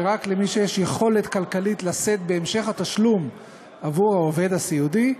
שרק למי שיש יכולת כלכלית לשאת בהמשך התשלום עבור העובד הסיעודי,